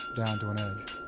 down to an edge.